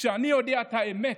כשאני יודע את האמת,